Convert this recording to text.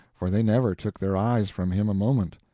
for they never took their eyes from him a moment.